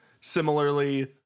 Similarly